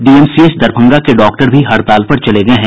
DMCH Darbhanga के doctor भी हड़ताल पर चले गये हैं